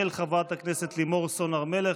של חברת הכנסת לימור סון הר מלך,